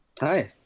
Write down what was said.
hi